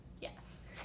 Yes